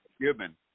Cuban